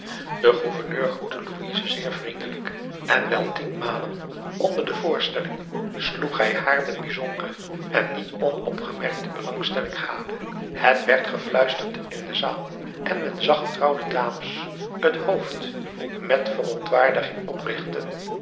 de gouverneur groette louise zeer vriendelijk en wel tienmalen onder de voorp a daum hoe hij raad van indië werd onder ps maurits stelling sloeg hij haar met bijzondere en niet onopgemerkte belangstelling gade het werd gefluisterd in de zaal en men zag getrouwde dames het hoofd met verontwaardiging oprichten